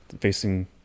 facing